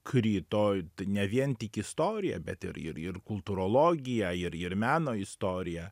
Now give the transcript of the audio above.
krito ne vien tik istorija bet ir ir ir ir kultūrologija ir ir meno istorija